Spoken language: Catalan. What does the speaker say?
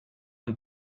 amb